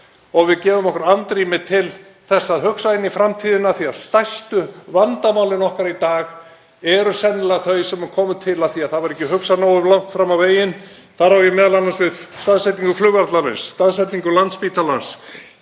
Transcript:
og við gefum okkur andrými til þess að hugsa inn í framtíðina því að stærstu vandamálin okkar í dag eru sennilega þau sem komu til af því að það var ekki hugsað nógu langt fram á veginn. Þar á ég m.a. við staðsetningu flugvallarins, staðsetningu Landspítalans,